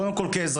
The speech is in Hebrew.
קודם כל כאזרח.